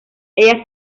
ella